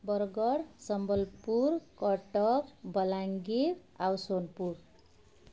ବରଗଡ଼ ସମ୍ବଲପୁର କଟକ ବଲାଙ୍ଗୀର ଆଉ ସୋନପୁର